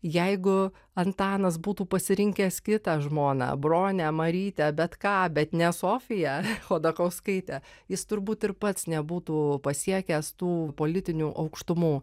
jeigu antanas būtų pasirinkęs kitą žmoną bronę marytę bet ką bet ne sofiją chodakauskaitę jis turbūt ir pats nebūtų pasiekęs tų politinių aukštumų